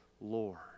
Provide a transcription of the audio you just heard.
Lord